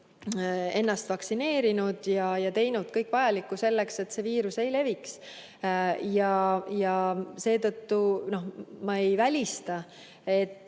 ennast vaktsineerinud ja teinud kõik vajaliku selleks, et see viirus ei leviks. Ma ei välista,